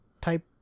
type